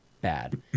bad